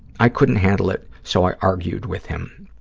i couldn't handle it, so i argued with him.